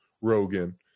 Rogan